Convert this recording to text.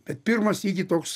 bet pirmą sykį toks